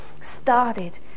started